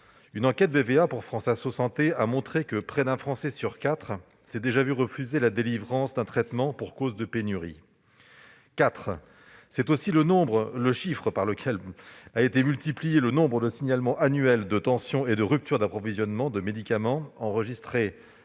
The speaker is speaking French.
Une enquête BVA réalisée pour France Assos Santé a montré que près d'un Français sur quatre s'était déjà vu refuser la délivrance d'un traitement pour cause de pénurie ; quatre, c'est aussi le chiffre par lequel a été multiplié le nombre annuel de signalements de tensions et de ruptures d'approvisionnement de médicaments enregistrés